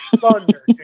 thunder